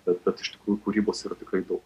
bet bet iš tikrųjų kūrybos yra tikrai daug